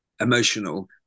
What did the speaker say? emotional